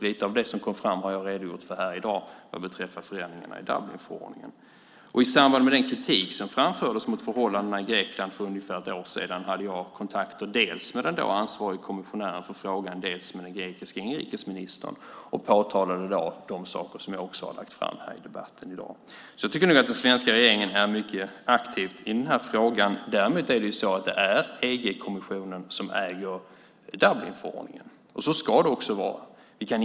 Lite av det som kom fram har jag redogjort för här i dag vad beträffar förändringar i Dublinförordningen. I samband med den kritik som framfördes mot förhållandena i Grekland för ungefär ett år sedan hade jag kontakt dels med den då ansvarige kommissionären för frågan, dels med den grekiska inrikesministern. Jag påtalade då de saker som jag har lagt fram i debatten här i dag. Den svenska regeringen är mycket aktiv i den här frågan. Däremot är det EG-kommissionen som äger Dublinförordningen. Så ska det också vara.